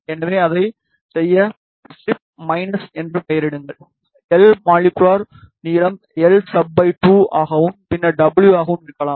எனவே அதைச் செய்ய ஸ்ட்ரிப் மைனஸ் என்று பெயரிடுங்கள் எல் மாலிகுலர் நீளம் l சப் 2 ஆகவும் பின்னர் w ஆகவும் இருக்கலாம்